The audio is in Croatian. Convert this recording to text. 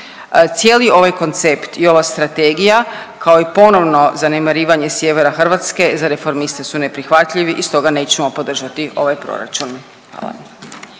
Cijeli ovaj koncept i ova strategija kao i ponovno zanemarivanje sjevera Hrvatske za Reformiste su neprihvatljivi i stoga nećemo podržati ovaj proračun.